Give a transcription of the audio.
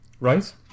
Right